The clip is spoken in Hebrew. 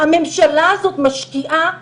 הממשלה הזאת משקיעה הון,